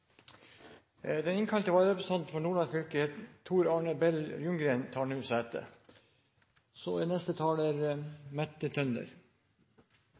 Den innkalte vararepresentanten for Nordland fylke, Tor Arne Bell Ljunggren, har nå tatt sete. Vi er